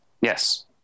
Yes